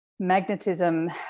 magnetism